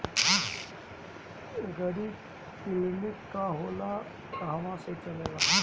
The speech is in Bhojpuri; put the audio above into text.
एगरी किलिनीक का होला कहवा से चलेँला?